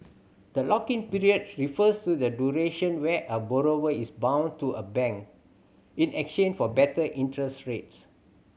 the lock in period refers to the duration where a borrower is bound to a bank in exchange for better interest rates